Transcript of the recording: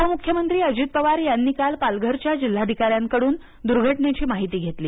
उपमुख्यमंत्री अजित पवार यांनी काल पालघरच्या जिल्हाधिकाऱ्यांकडून दुर्घटनेची माहिती घेतली